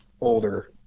older